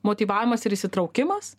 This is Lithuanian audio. motyvavimas ir įsitraukimas